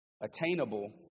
attainable